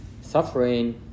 suffering